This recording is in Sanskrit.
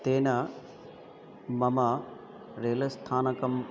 तेन मम रेल स्थानकम्